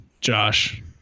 Josh